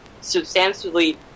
substantially